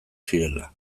zirela